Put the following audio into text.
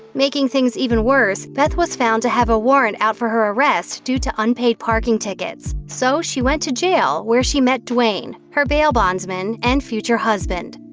making things even worse, beth was found to have a warrant out for her arrest due to unpaid parking tickets. so she went to jail, where she met duane, her bail bondsman, and future husband.